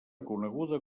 coneguda